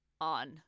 on